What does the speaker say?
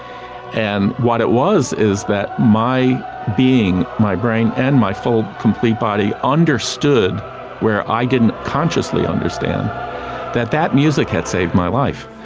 and what it was is that my being, my brain and my full complete body, understood where i didn't consciously understand that that music had saved my life,